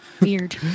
Weird